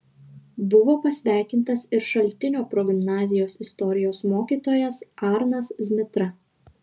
buvo pasveikintas ir šaltinio progimnazijos istorijos mokytojas arnas zmitra